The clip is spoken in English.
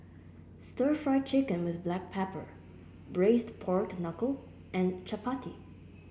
Stir Fried Chicken with Black Pepper Braised Pork Knuckle and Chappati